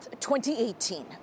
2018